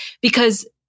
Because-